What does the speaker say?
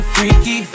Freaky